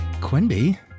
Quinby